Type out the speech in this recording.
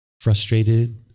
frustrated